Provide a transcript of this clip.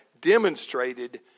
demonstrated